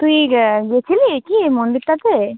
তুই গেছিলি কি এই মন্দিরটাতে